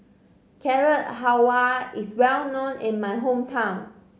Carrot Halwa is well known in my hometown